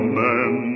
man